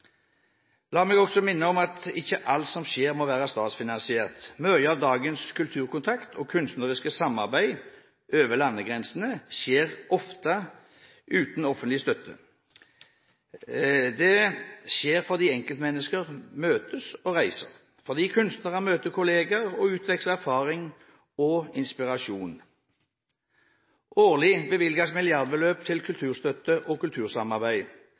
La meg også minne om at ikke alt som skjer, må være statsfinansiert. Mye av dagens kulturkontakt og kunstneriske samarbeid over landegrensene skjer ofte uten offentlig støtte. Det skjer fordi enkeltmennesker møtes og reiser, fordi kunstnere møter kolleger og utveksler erfaring og inspirasjon. Årlig bevilges milliardbeløp til kulturstøtte og kultursamarbeid.